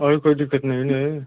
और कोई दिक़्क़त नहीं ना